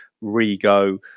re-go